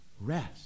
rest